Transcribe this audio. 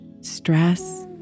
stress